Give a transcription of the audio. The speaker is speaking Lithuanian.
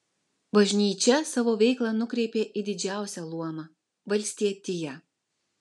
bažnyčia savo veiklą nukreipė į didžiausią luomą valstietiją